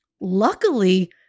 luckily